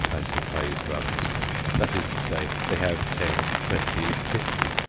as the phrase runs that is to say, they have ten, twenty, fifty,